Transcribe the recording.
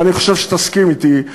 ואני חושב שתסכים אתי,